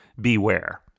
beware